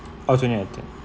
oh twenty and ten